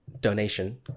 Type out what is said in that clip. donation